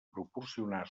proporcionar